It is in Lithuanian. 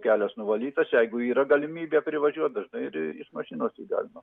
kelias nuvalytas jeigu yra galimybė privažiuot ir iš mašinos į darbą